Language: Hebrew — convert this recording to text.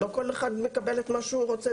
לא כל אחד מקבל את מה שהוא רוצה,